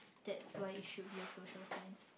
that's why it should be a social science